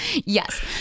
Yes